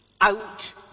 out